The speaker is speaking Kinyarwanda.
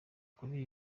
kuri